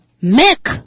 make